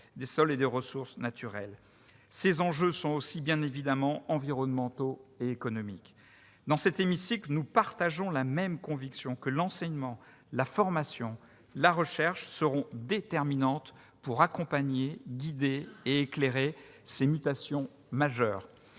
des sols et des ressources naturelles. Les enjeux sont aussi évidemment environnementaux et économiques. Dans cet hémicycle, nous partageons une même conviction : l'enseignement, la formation et la recherche seront déterminants pour accompagner, guider et éclairer ces mutations majeures.